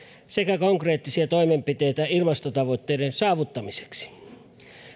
sekä konkreettisia toimenpiteitä ilmastotavoitteiden saavuttamiseksi